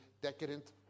decadent